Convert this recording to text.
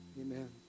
Amen